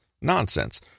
Nonsense